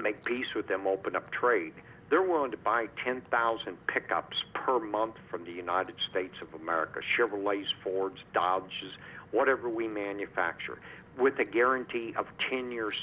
make peace with them open up trade they're willing to buy ten thousand pickups per month from the united states of america chevrolets fords whatever we manufacture with a guarantee of ten year